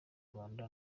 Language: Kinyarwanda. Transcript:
rwanda